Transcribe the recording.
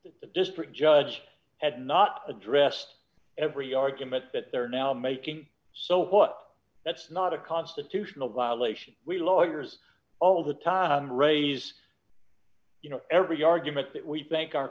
the district judge has not addressed every argument that they're now making so what that's not a constitutional violation we lawyers all the time raise you know every argument that we think